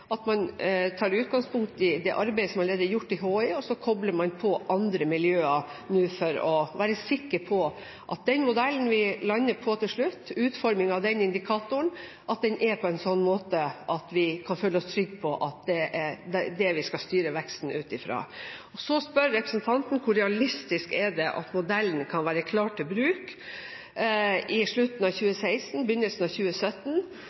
Man tar utgangspunkt i det arbeidet som allerede er gjort i HI, og så kobler man nå på andre miljøer for å være sikker på at den modellen vi lander på til slutt, utformingen av den indikatoren, er på en slik måte at vi kan føle oss trygge på at det er det vi skal styre veksten ut fra. Så spør representanten hvor realistisk det er at modellen kan være klar til bruk i slutten av 2016/begynnelsen av 2017.